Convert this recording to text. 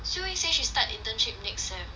siew eng say she start internship next sem